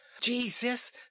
Jesus